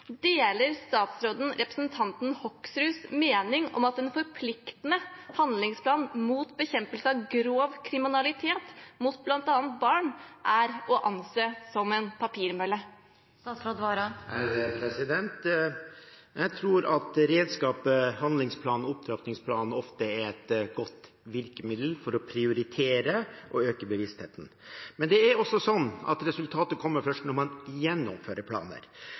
Deler han representanten Hoksruds mening om at en forpliktende handlingsplan for bekjempelse av grov kriminalitet mot bl.a. barn er å anse som en papirmølle? Jeg tror at redskapet handlingsplan/opptrappingsplan ofte er et godt virkemiddel for å prioritere og øke bevisstheten. Men resultatet kommer først når man gjennomfører planer.